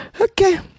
Okay